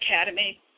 academy